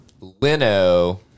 Leno